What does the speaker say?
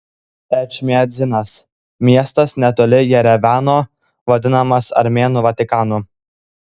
ečmiadzinas miestas netoli jerevano vadinamas armėnų vatikanu